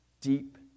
deep